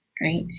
right